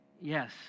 yes